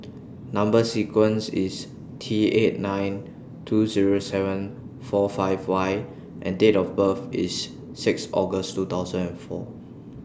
Number sequence IS T eight nine two Zero seven four five Y and Date of birth IS six August two thousand and four